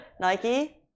Nike